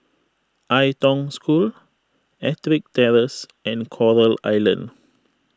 Ai Tong School Ettrick Terrace and Coral Island